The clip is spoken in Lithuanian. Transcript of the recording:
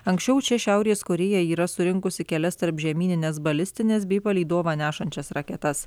anksčiau čia šiaurės korėja yra surinkusi kelias tarpžemynines balistines bei palydovą nešančias raketas